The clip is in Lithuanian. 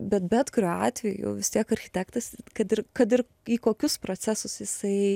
bet bet kuriuo atveju vis tiek architektas kad ir kad ir į kokius procesus jisai